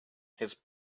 his